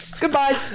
Goodbye